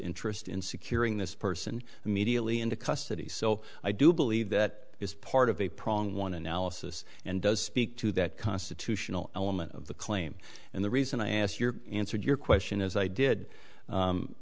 interest in securing this person immediately into custody so i do believe that is part of a prong one analysis and does speak to that constitutional element of the claim and the reason i ask your answer your question as i did